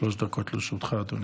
שלוש דקות לרשותך, אדוני.